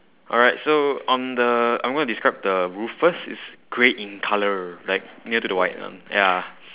alright so on the I'm going to describe the roof first it's grey in colour like near to the white one ya